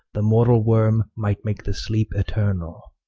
the mortall worme might make the sleepe eternall.